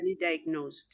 diagnosed